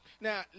Now